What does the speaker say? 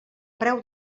preu